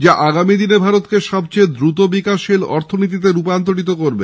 যা আগামীদিনে ভারতকে সবচেয়ে দ্রুত বিকাশশীল অর্থনীতিতে পরিণত করবে